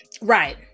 right